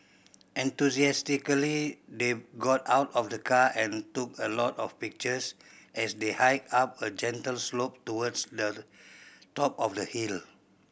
enthusiastically they got out of the car and took a lot of pictures as they hiked up a gentle slope towards the top of the hill